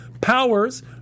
powers